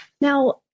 Now